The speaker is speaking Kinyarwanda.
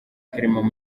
clement